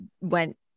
went